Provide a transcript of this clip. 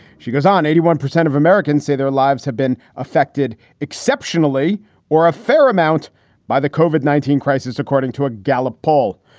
she goes on, eighty one percent of americans say their lives have been affected exceptionally or a fair amount by the koven nineteen crisis, according to a gallup poll.